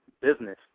business